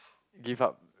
give up